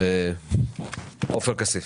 עופר כסיף,